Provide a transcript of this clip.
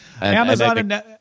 Amazon